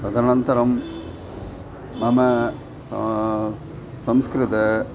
तदनन्तरं मम स संस्कृतम्